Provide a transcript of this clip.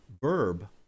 verb